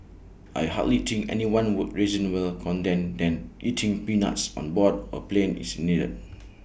I hardly think anyone would reasonable contend than eating peanuts on board A plane is needed